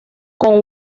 con